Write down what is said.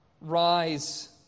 Rise